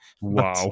Wow